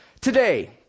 Today